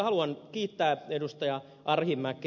haluan kiittää ed